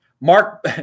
Mark